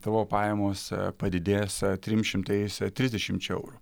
tavo pajamos padidės trim šimtais trisdešimčia eurų